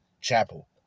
chapel